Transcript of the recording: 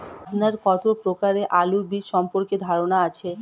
আপনার কত প্রকারের আলু বীজ সম্পর্কে ধারনা আছে?